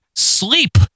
Sleep